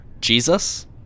Jesus